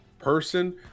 person